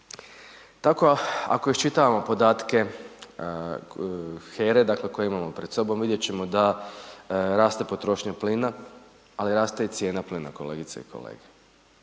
Tako ako iščitavamo podatke HERA-e dakle koje imamo pred sobom, visjet ćemo da raste potrošnja plina ali raste i cijena plina, kolegice i kolege.